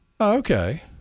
okay